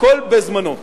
הכול בזמנו.